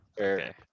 Okay